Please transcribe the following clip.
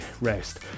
rest